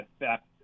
effect